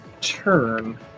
turn